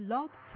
Love